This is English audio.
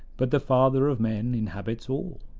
but the father of men inhabits all.